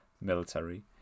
military